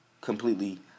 Completely